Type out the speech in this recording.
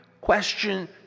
question